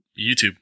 YouTube